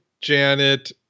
Janet